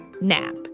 nap